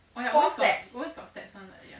four steps